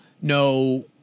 No